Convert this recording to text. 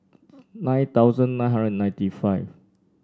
nine thousand nine hundred and ninety five